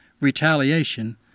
retaliation